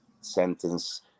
sentence